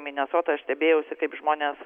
minesotoj aš stebėjausi kaip žmonės